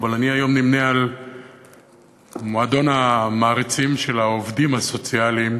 אבל אני היום נמנה עם מועדון המעריצים של העובדים הסוציאליים,